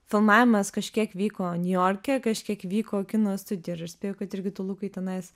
filmavimas kažkiek vyko niujorke kažkiek vyko kino studijoj ir aš spėju kad irgi tu lukai tenais